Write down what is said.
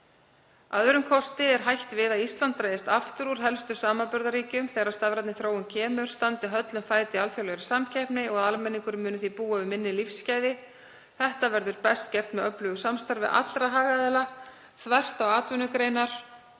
öðrum kosti er hætt við að Ísland dragist aftur úr helstu samanburðarríkjum þegar að stafrænni þróun kemur, standi höllum fæti í alþjóðlegri samkeppni og að almenningur muni því búa við minni lífsgæði. Þetta verður best gert með öflugu samstarfi allra hagaðila, þvert á atvinnugreinar,